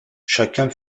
chacun